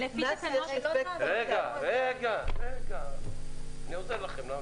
רגע, אני עוזר לכן.